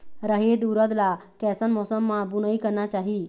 रहेर उरद ला कैसन मौसम मा बुनई करना चाही?